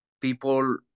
people